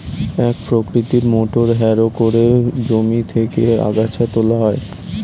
এক প্রকৃতির motor harrow করে জমি থেকে আগাছা তোলা হয়